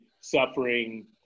suffering